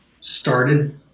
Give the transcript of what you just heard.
started